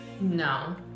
No